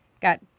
got